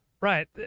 Right